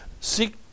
seek